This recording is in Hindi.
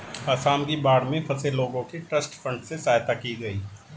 आसाम की बाढ़ में फंसे लोगों की ट्रस्ट फंड से सहायता की गई